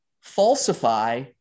falsify